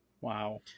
Wow